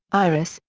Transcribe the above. iris,